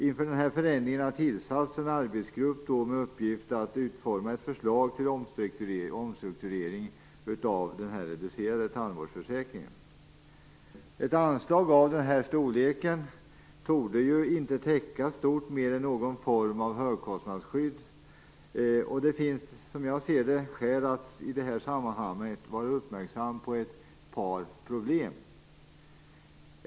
Inför denna förändring har det tillsatts en arbetsgrupp med uppgift att utforma ett förslag till omstrukturering av den reducerade tandvårdsförsäkringen. Ett anslag av den här storleken torde inte täcka stort mer än någon form av högkostnadsskydd. Det finns, som jag ser det, skäl att vara uppmärksam på ett par problem.